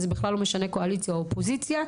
בכלל לא משנה קואליציה או אופוזיציה.